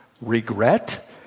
regret